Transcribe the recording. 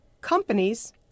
companies